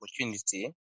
opportunity